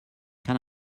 can